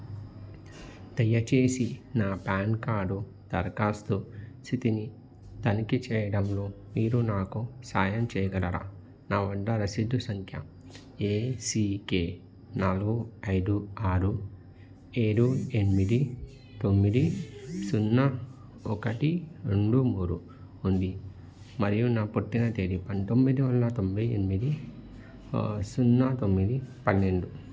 దయచేసి నా PAN card దరఖాస్తు స్థితిని తనిఖీ చేయడంలో మీరు నాకు సహాయం చేయగలరా నా వద్ద రసీదు సంఖ్య ఏసీకే నాలుగు ఐదు ఆరు ఏడు ఎనిమిది తొమ్మిది సున్నా ఒకటి రెండు మూరు ఉంది మరియు నా పుట్టిన తేదీ పంతొమ్మిది వందల తొంభై ఎనిమిది సున్నా తొమ్మిది పన్నెండు